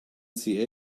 see